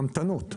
סובלות בהמתנות,